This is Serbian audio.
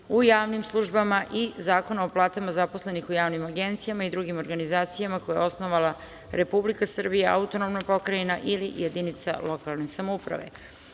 u javnim službama i Zakon o platama zaposlenih u javnim agencijama i drugim organizacijama koje je osnovala Republika Srbija, AP ili jedinica lokalne samouprave. Primili